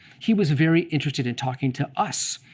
he was very interested in talking to us,